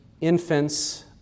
infants